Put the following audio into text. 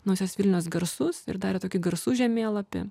naujosios vilnios garsus ir darė tokį garsų žemėlapį